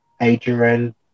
Adrian